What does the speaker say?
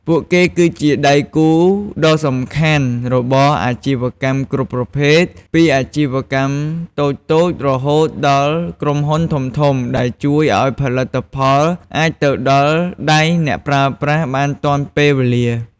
ពួកគេ គឺជាដៃគូដ៏សំខាន់របស់អាជីវកម្មគ្រប់ប្រភេទ ពីអាជីវកម្មតូចៗរហូតដល់ក្រុមហ៊ុនធំៗ ដែលជួយឱ្យផលិតផលអាចទៅដល់ដៃអ្នកប្រើប្រាស់បានទាន់ពេលវេលា។